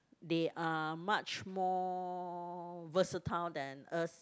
they are much more versatile than us